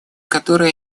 которое